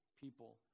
people